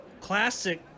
classic